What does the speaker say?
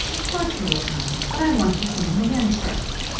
of course he will come, but i want to see him again first.